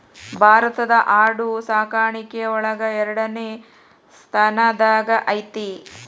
ಭಾರತಾ ಆಡು ಸಾಕಾಣಿಕೆ ಒಳಗ ಎರಡನೆ ಸ್ತಾನದಾಗ ಐತಿ